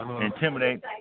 intimidate